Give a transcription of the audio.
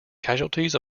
casualties